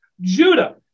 Judah